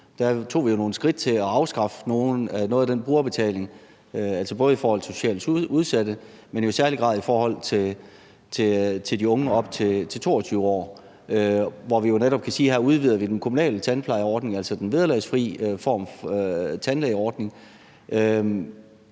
tog vi nogle skridt til at afskaffe noget af den brugerbetaling, både i forhold til socialt udsatte, men i særlig grad i forhold til de unge op til 22 år, hvor vi jo netop kan sige, at her udvider vi den kommunale tandplejeordning – altså den vederlagsfri tandlægeordning